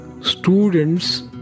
students